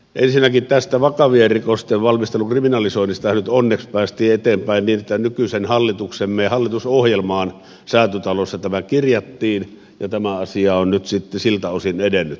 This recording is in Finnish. ensinnäkin tästä vakavien rikosten valmistelun kriminalisoinnistahan nyt onneksi päästiin eteenpäin niin että nykyisen hallituksemme hallitusohjelmaan säätytalossa tämä kirjattiin ja tämä asia on nyt sitten siltä osin edennyt